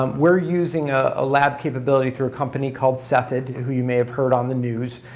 um we're using ah a lab capability through a company called cepheid who you may have heard on the news,